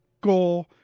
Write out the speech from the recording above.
goal